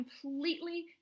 completely